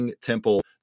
temple